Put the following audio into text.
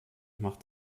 macht